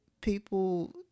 people